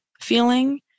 feeling